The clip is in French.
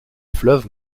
fleuve